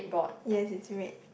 ya it's red